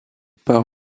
par